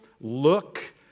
look